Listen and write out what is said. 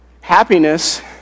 Happiness